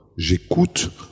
J'écoute